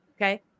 Okay